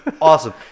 awesome